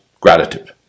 gratitude